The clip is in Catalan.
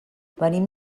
venim